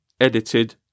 edited